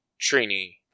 trini